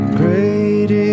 great